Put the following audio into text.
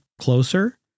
Closer